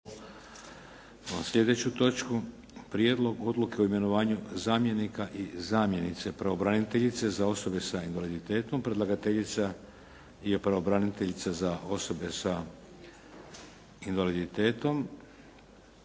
sljedeću točku: - Prijedlog odluke o imenovanju zamjenika i zamjenice pravobraniteljice za osobe s invaliditetom Predlagateljica: Pravobraniteljica za osobe s invaliditetom